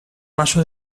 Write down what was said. paso